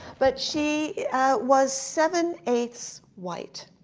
but she was seven eight ths white.